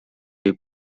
jej